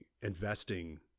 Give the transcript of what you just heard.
investing